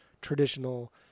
traditional